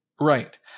Right